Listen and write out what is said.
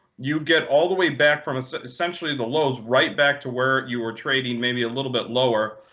you get all the way back from so essentially the lows right back to where you were trading, maybe a little bit lower.